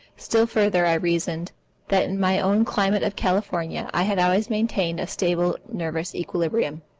still further, i reasoned that in my own climate of california i had always maintained a stable nervous equilibrium.